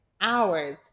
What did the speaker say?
hours